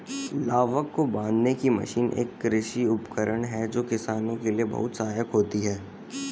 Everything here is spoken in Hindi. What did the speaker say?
लावक को बांधने की मशीन एक कृषि उपकरण है जो किसानों के लिए बहुत सहायक होता है